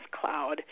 cloud